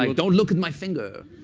um don't look at my finger.